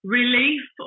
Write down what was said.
relief